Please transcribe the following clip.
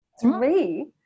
three